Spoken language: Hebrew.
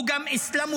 הוא גם אסלאמופוב.